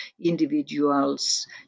individuals